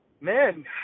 Man